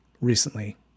recently